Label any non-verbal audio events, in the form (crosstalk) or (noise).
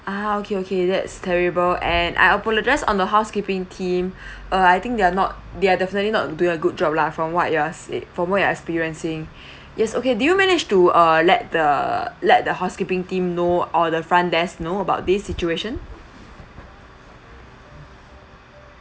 ah okay okay that's terrible and I apologise on the housekeeping team (breath) uh I think they're not they're definitely not doing a good job lah from what you are say from where you're experiencing (breath) yes okay do you managed to uh let the let the housekeeping team know or the front desk know about this situation